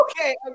okay